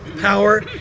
power